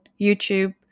YouTube